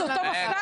זה אותו מפכ"ל?